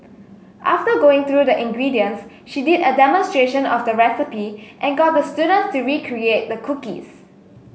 after going through the ingredients she did a demonstration of the recipe and got the students to recreate the cookies